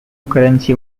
currency